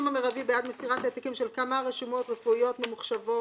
יש הגבלת עמודים במחירון.